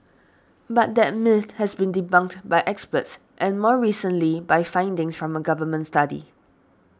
but that myth has been debunked by experts and more recently by findings from a Government study